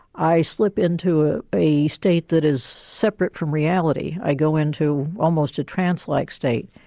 i slip into ah a state that is separate from reality, i go into almost a trance-like state.